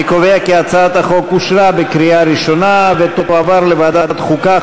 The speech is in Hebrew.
אני קובע כי הצעת החוק אושרה בקריאה ראשונה ותועבר לוועדת החוקה,